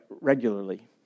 regularly